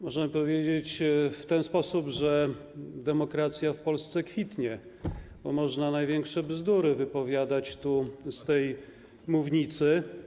Możemy powiedzieć w ten sposób: demokracja w Polsce kwitnie, bo można największe bzdury wypowiadać tu, z tej mównicy.